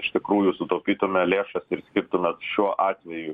iš tikrųjų sutaupytume lėšas ir skirtume šiuo atveju